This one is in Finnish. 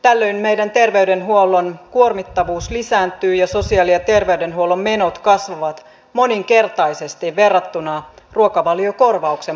tällöin meidän terveydenhuollon kuormittavuus lisääntyy ja sosiaali ja terveydenhuollon menot kasvavat moninkertaisesti verrattuna ruokavaliokorvauksen maksamiseen